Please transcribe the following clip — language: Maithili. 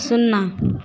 शुन्ना